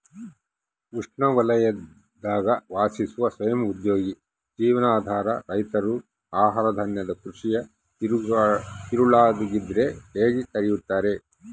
ಉಷ್ಣವಲಯದಾಗ ವಾಸಿಸುವ ಸ್ವಯಂ ಉದ್ಯೋಗಿ ಜೀವನಾಧಾರ ರೈತರು ಆಹಾರಧಾನ್ಯದ ಕೃಷಿಯ ತಿರುಳಾಗಿದ್ರ ಹೇಗೆ ಕರೆಯುತ್ತಾರೆ